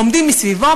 עומדים מסביבו,